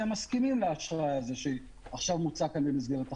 שהם מסכימים לאשראי שמוצע כאן במסגרת החוק.